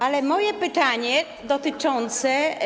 A moje pytanie dotyczące.